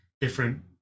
different